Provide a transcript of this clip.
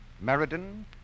Meriden